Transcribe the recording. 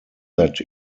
that